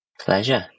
Pleasure